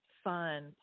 fun